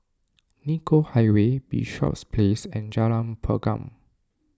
Nicoll Highway Bishops Place and Jalan Pergam